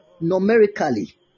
numerically